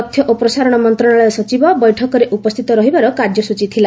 ତଥ୍ୟ ଓ ପ୍ରସାରଣ ମନ୍ତ୍ରଶାଳୟ ସଚିବ ବୈଠକରେ ଉପସ୍ଥିତ ରହିବାର କାର୍ଯ୍ୟସ୍ଟଚୀ ଥିଲା